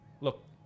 Look